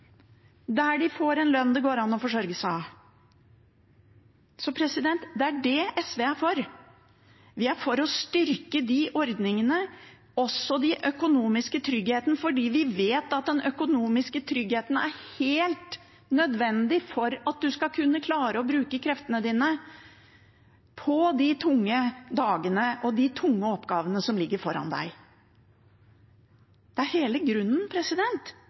lønn det går an å forsørge seg av. Det er dét SV er for. Vi er for å styrke de ordningene, også den økonomiske tryggheten, fordi vi vet at den økonomiske tryggheten er helt nødvendig for at man skal kunne klare å bruke kreftene sine på de tunge dagene og de tunge oppgavene som ligger foran en. Det er hele grunnen